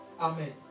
Amen